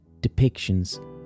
depictions